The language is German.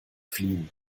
fliehen